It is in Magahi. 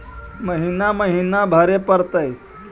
महिना महिना भरे परतैय?